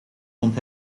vond